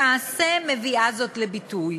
למעשה מביאה זאת לידי ביטוי.